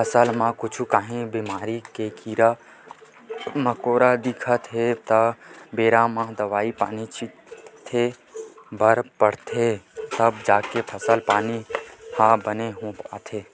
फसल म कुछु काही बेमारी या कीरा मकोरा दिखत हे त बेरा म दवई पानी छिते बर परथे तब जाके फसल पानी ह बने हो पाथे